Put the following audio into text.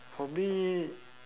for me